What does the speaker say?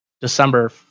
December